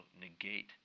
negate